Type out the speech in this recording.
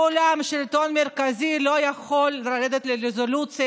לעולם שלטון מרכזי לא יכול לרדת לרזולוציה